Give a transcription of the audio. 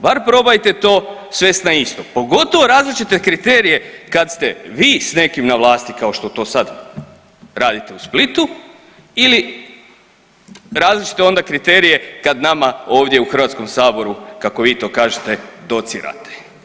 Bar probajte to svesti na isto, pogotovo različite kriterije kada ste vi s nekim na vlasti kao što to sada radite u Splitu, ili različite onda kriterije kada nama ovdje u Hrvatskom saboru kako vi to kažete docirate.